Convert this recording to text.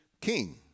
king